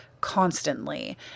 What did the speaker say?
constantly